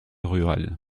rural